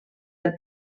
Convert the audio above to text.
del